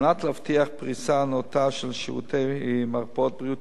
על מנת להבטיח פריסה נאותה של שירותי מרפאות בריאות